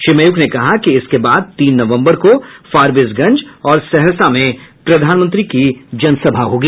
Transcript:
श्री मयूख ने कहा कि इसके बाद तीन नवम्बर को फारबिसगंज सहरसा में प्रधानमंत्री की जनसभा होगी